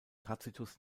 tacitus